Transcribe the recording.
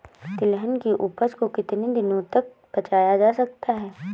तिलहन की उपज को कितनी दिनों तक बचाया जा सकता है?